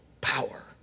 power